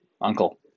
uncle